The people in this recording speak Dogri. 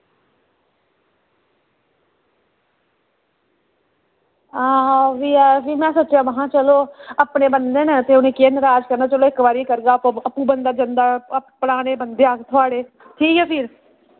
हां ओह् बी ऐ ओह् बी में सोचेआ महां चलो अपने बंदे न ते उ'नेंगी केह् नराज करना चलो इक बारी आपूं बंदा जंदा पराने बंदे आं अस थुआढ़े ठीक ऐ फिर